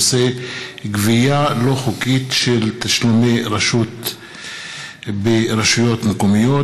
אלהרר בנושא: גבייה לא חוקית של תשלומי רשות ברשויות מקומיות.